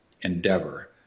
endeavor